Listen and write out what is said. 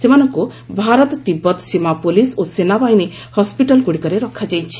ସେମାନଙ୍କୁ ଭାରତ ତିବ୍ଦତୀ ସୀମା ପୁଲିସ୍ ଓ ସେନାବାହିନୀ ହସ୍କିଟାଲଗୁଡ଼ିକରେ ରଖାଯାଇଛି